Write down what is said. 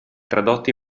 tradotti